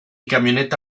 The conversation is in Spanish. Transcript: camioneta